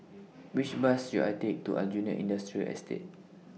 Which Bus should I Take to Aljunied Industrial Estate